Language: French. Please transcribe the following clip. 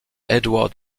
edward